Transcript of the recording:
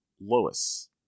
Lois